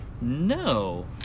No